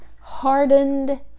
hardened